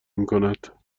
میکند